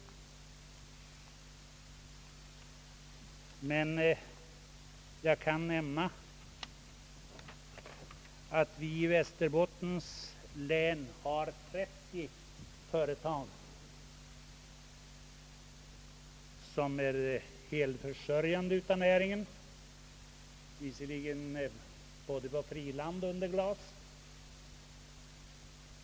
Men jag kan nämna att vi i Västerbottens län har 30 företag som är helförsörjande av näringen, både på friland och under glas.